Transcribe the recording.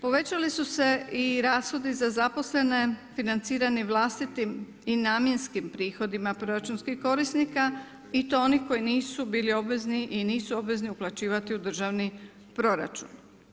Povećali su se i rashodi za zaposlene financirani vlastitim i namjenskim prihodima proračunskih korisnika i to onih koji nisu bili obvezni i nisu obvezni uplaćivati u državni proračun.